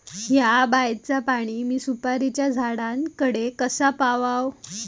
हया बायचा पाणी मी सुपारीच्या झाडान कडे कसा पावाव?